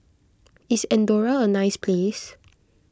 is andorra a nice place